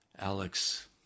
Alex